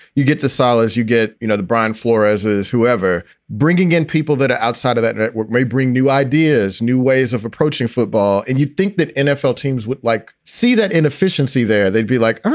you get the solis, you get, you know, the brian flores's, whoever bringing in people that are outside of that network may bring new ideas, new ways of approaching football. and you'd think that nfl teams would like see that inefficiency there. they'd be like.